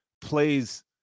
plays